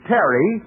Terry